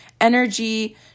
energy